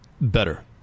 better